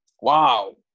wow